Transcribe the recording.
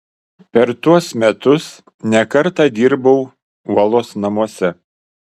per tuos metus ne kartą dirbau uolos namuose